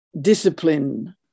discipline